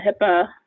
HIPAA